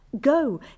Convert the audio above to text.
Go